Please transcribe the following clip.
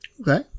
Okay